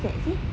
who's that see